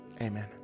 Amen